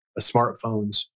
smartphones